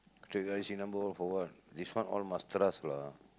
take IC number all for what this one all must trust lah